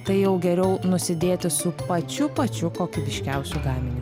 tai jau geriau nusidėti su pačiu pačiu kokybiškiausiu gaminiu